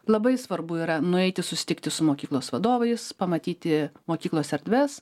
labai svarbu yra nueiti susitikti su mokyklos vadovais pamatyti mokyklos erdves